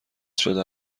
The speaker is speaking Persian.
شده